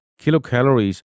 kilocalories